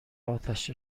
آتش